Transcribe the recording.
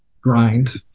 grind